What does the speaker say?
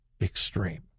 extreme